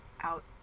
out